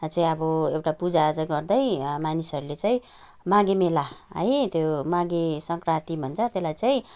चाहिँ अब एउटा पूजाआजा गर्दै मानिसहरूले चाहिँ माघे मेला है त्यो माघे सङ्क्रान्ति भन्छ त्यसलाई चाहिँ